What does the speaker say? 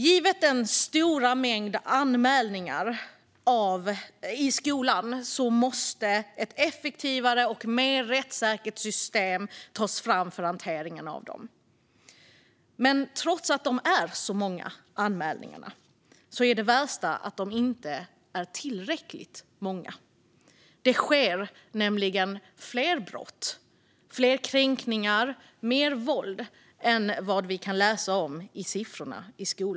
Givet den stora mängden anmälningar i skolan måste ett effektivare och mer rättssäkert system tas fram för hanteringen av dem. Men trots att anmälningarna är så många är det värsta att de inte är tillräckligt många. Det sker nämligen fler brott, fler kränkningar och mer våld i skolans värld än vad vi kan läsa i siffrorna.